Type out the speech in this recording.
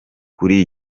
kuri